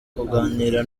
kuganira